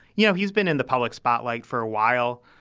you know, he's been in the public spotlight for a while.